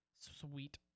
sweet